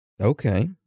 Okay